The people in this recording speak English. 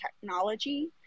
technology